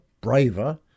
braver